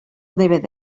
dvd